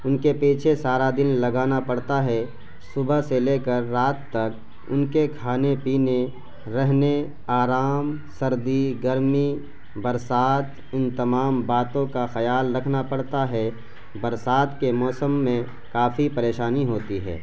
ان کے پیچھے سارا دن لگانا پڑتا ہے صبح سے لے کر رات تک ان کے کھانے پینے رہنے آرام سردی گرمی برسات ان تمام باتوں کا خیال رکھنا پڑتا ہے برسات کے موسم میں کافی پریشانی ہوتی ہے